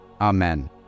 Amen